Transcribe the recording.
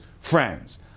friends